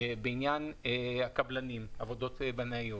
בעניין הקבלנים, עבודות בנאיות